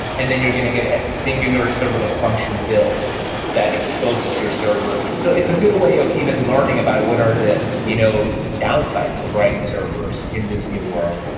and then you're going to get a singular serverless function built that exposes your server. so it's a good way of even learning about what are the you know downsides of writing servers in this new world,